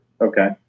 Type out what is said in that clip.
Okay